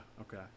okay